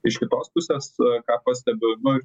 iš kitos pusės a ką pastebiu nu ir